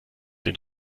den